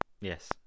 Yes